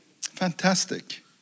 Fantastic